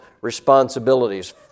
responsibilities